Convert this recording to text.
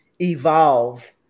evolve